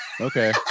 okay